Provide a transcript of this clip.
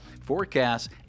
forecasts